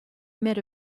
met